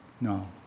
No